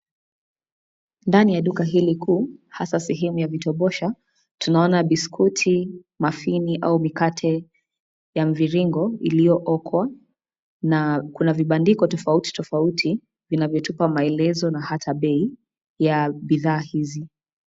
Ndani ya duka hili kuu, hasa sehemu ya vitobosha tunaona biskuti, mafini au mikate ya mviringo iliyookwa na kuna vibandiko tofauti tofauti vinavyotupa maelezo na hata bei ya bidhaa hizi.